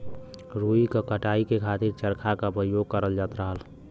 रुई क कताई के खातिर चरखा क परयोग करल जात रहल